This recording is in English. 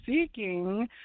seeking